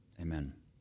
Amen